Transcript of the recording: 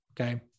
Okay